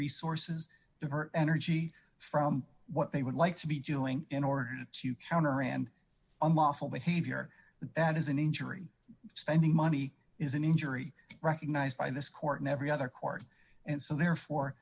resources to her energy from what they would like to be doing in order to counter and unlawful behavior that is an injury spending money is an injury recognized by this court in every other court and so therefore